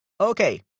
Okay